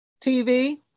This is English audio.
TV